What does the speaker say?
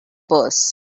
purse